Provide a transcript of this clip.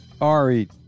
Ari